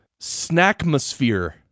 Snackmosphere